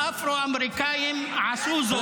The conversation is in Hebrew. האפרו-אמריקאים עשו זאת,